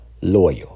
loyal